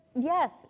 yes